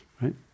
right